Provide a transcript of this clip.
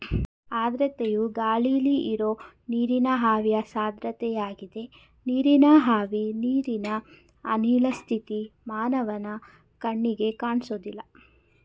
ಆರ್ದ್ರತೆಯು ಗಾಳಿಲಿ ಇರೋ ನೀರಿನ ಆವಿಯ ಸಾಂದ್ರತೆಯಾಗಿದೆ ನೀರಿನ ಆವಿ ನೀರಿನ ಅನಿಲ ಸ್ಥಿತಿ ಮಾನವನ ಕಣ್ಣಿಗೆ ಕಾಣ್ಸೋದಿಲ್ಲ